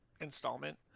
installment